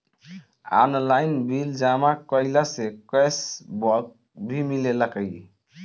Online bill जमा कईला से कैश बक भी मिलेला की?